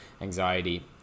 anxiety